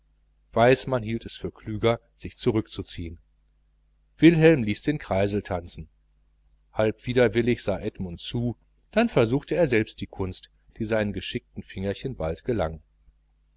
weismann hielt es für klüger sich zurück zu ziehen wilhelm ließ den kreisel tanzen halb widerwillig sah edmund zu dann versuchte er selbst die kunst die seinen geschickten fingerchen bald gelang